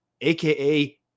AKA